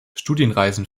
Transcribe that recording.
studienreisen